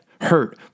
hurt